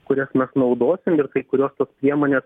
kurias mes naudosim ir kai kurios tos priemonės